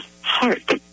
heart